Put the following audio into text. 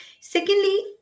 secondly